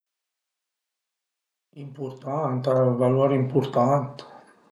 Impurtanta, valur impurtant